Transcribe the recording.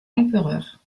empereurs